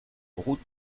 route